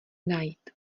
najít